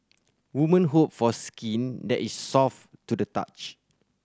women hope for skin that is soft to the touch